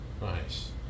Nice